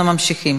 אנחנו ממשיכים.